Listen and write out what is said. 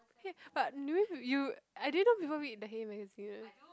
hey but you I didn't know people read the hey magazine one